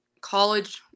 college